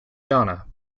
ghana